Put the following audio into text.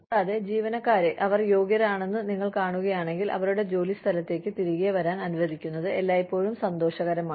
കൂടാതെ ജീവനക്കാരെ അവർ യോഗ്യരാണെന്ന് നിങ്ങൾ കാണുകയാണെങ്കിൽ അവരുടെ ജോലിസ്ഥലത്തേക്ക് തിരികെ വരാൻ അനുവദിക്കുന്നത് എല്ലായ്പ്പോഴും സന്തോഷകരമാണ്